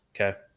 okay